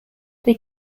they